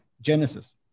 Genesis